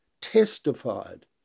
testified